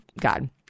God